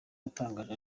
yatangaje